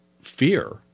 fear